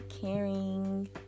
caring